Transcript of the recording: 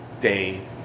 day